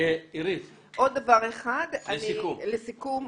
עוד דבר אחד לסיכום.